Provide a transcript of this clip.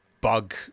bug